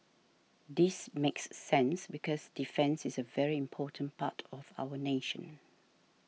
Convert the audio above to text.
this makes sense because defence is a very important part of our nation